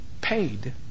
paid